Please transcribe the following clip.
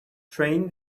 train